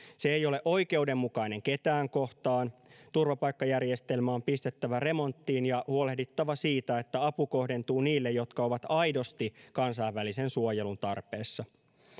se ei ole oikeudenmukainen ketään kohtaan turvapaikkajärjestelmä on pistettävä remonttiin ja huolehdittava siitä että apu kohdentuu niille jotka ovat aidosti kansainvälisen suojelun tarpeessa